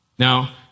Now